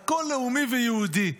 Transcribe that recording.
הכול לאומי ויהודי.